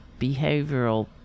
behavioral